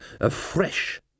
afresh